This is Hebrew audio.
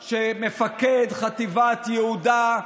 חד-משמעית.